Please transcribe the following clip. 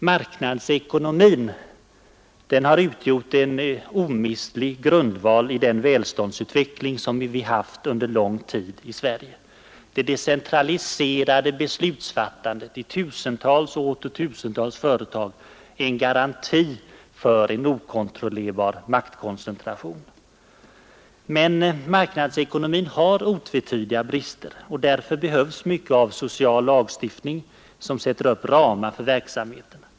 Marknadsekonomin har utgjort en omistlig grundval för den välståndsökning som vi haft under lång tid i Sverige. Det decentraliserade beslutsfattandet i tusentals och åter tusentals företag är en garanti för att en okontrollerbar maktkoncentration inte sker. Men marknadsekonomin har otvetydiga brister. Därför behövs mycket av social lagstiftning, som sätter upp ramar för verksamheten.